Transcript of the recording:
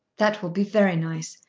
that will be very nice.